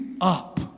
up